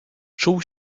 czuł